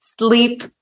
sleep